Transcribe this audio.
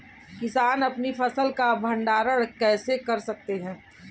किसान अपनी फसल का भंडारण कैसे कर सकते हैं?